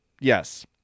yes